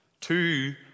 Two